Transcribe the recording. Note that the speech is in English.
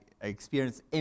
experience